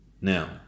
Now